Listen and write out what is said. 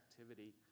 activity